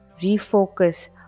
refocus